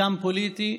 גם פוליטי,